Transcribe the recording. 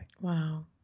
Wow